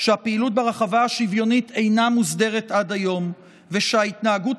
שהפעילות ברחבה השוויונית אינה מוסדרת עד היום ושההתנהגות